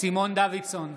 דוידסון,